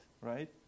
right